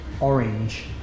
orange